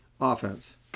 offense